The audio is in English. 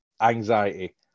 anxiety